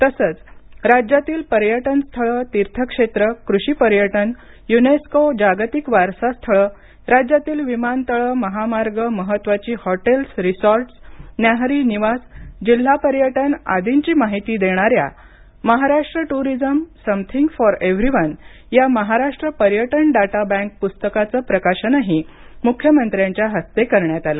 तसंच राज्यातील पर्यटनस्थळं तिर्थक्षेत्रं कृषी पर्यटन युनेस्को जागतिक वारसास्थळं राज्यातील विमानतळ महामार्ग महत्वाची हॉटेल्स रिसॉर्टस् न्याहरी निवास जिल्हा पर्यटन आदींची माहिती देणाऱ्या Maharashtra tourism something for everyone या महाराष्ट्र पर्यटन डाटा बँक पुस्तकाचं प्रकाशनही मुख्यमंत्र्यांच्या हस्ते करण्यात आलं